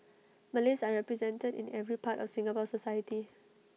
Malays are represented in every part of Singapore society